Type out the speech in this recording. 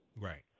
Right